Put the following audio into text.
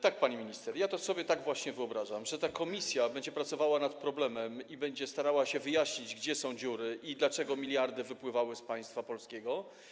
Tak, pani minister, tak to sobie właśnie wyobrażam, że ta komisja będzie pracowała nad problemem i będzie starała się wyjaśnić, gdzie są dziury i dlaczego miliardy wypływały z państwa polskiego.